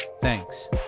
Thanks